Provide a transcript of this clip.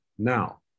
now